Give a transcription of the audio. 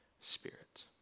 spirit